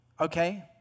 okay